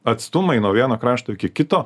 atstumai nuo vieno krašto iki kito